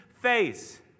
face